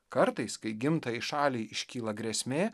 kartais kai gimtajai šaliai iškyla grėsmė